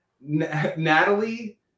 Natalie